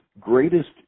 greatest